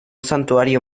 santuario